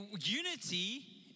unity